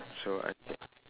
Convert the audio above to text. so I think